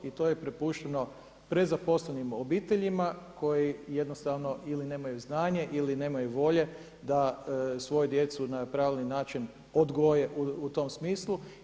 I to je prepušteno prezaposlenim obiteljima koji jednostavno ili nemaju znanje ili nemaju volje da svoju djecu na pravilni način odgoje u tom smislu.